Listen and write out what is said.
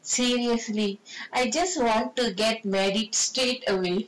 seriously I just want to get married straightaway